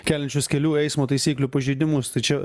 keliančius kelių eismo taisyklių pažeidimus tai čia